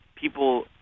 people